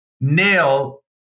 nail